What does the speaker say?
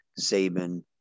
Saban